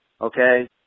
okay